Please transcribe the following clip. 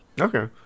Okay